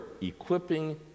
equipping